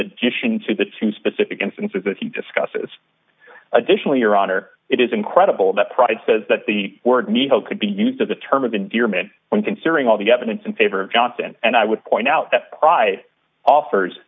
addition to the two specific instances that he discusses additionally your honor it is incredible that pride says that the word me hope could be used as a term of endearment when considering all the evidence in favor of johnson and i would point out that cry offers